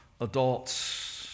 adults